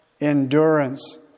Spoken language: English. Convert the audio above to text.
endurance